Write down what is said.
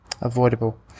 avoidable